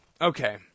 Okay